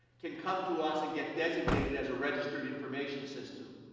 can come to us and get designated as a registered information system.